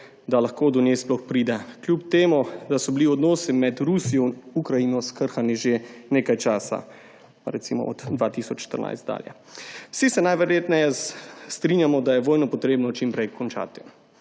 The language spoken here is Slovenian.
da lahko do nje sploh pride, kljub temu da so bili odnosi med Rusijo in Ukrajino skrhani že nekaj časa, recimo od 2014 dalje. Vsi se najverjetneje strinjamo, da je vojno potrebno čim prej končati.